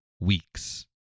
weeks